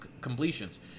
completions